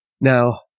Now